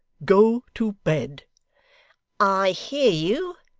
go to bed i hear you,